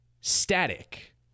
static